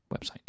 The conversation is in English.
website